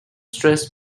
stress